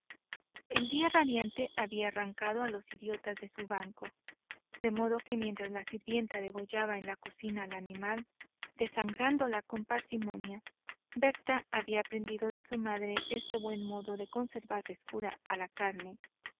el día radiante había arrancado a los idiotas de su banco de modo que mientras la sirvienta degollaba en la cocina al animal desangrándola con parsimonia berta había aprendido de su madre este buen modo de conservar frescura a la carne